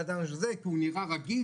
כי הוא נראה רגיל.